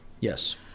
Yes